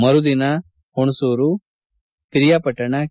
ಮರುದಿನ ಪುಣಸೂರು ಪಿರಿಯಾಪಟ್ಟಣ ಕೆ